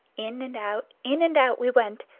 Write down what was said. in and out, in and out we went,